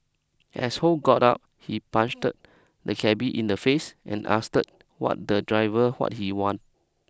as Ho got out he punched the cabby in the face and asked the driver what he wanted